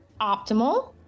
optimal